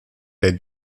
der